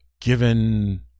given